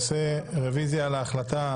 27 בדצמבר 2021. הנושא הראשון על סדר היום,